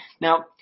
now